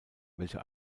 welche